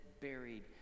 buried